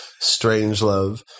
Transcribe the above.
Strangelove